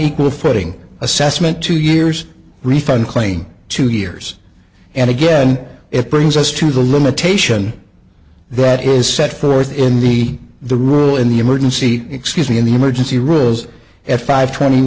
equal footing assessment two years refund claim two years and again it brings us to the limitation that is set forth in the the rule in the emergency excuse me in the emergency room as at five twenty